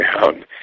down